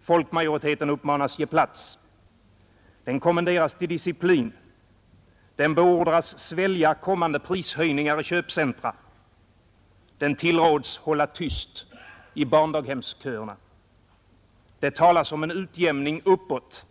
Folkmajoriteten uppmanas att ge plats. Den kommenderas till disciplin. Den beordras svälja kommande prishöjningar i köpcentra. Den tillråds hålla tyst i barndaghemsköerna. Det talas om en utjämning uppåt.